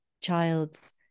child's